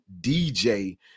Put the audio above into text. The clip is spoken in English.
DJ